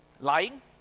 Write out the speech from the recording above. lying